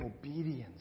obedience